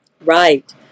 Right